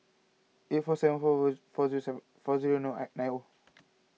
eight four seven four four four zero seven four zero naught nine O